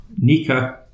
Nika